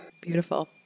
Beautiful